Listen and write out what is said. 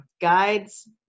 Guides